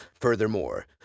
Furthermore